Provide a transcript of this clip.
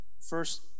first